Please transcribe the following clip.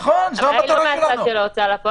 נכון, זו המטרה שלנו.